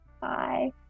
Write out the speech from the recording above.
Bye